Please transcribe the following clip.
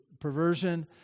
Perversion